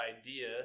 idea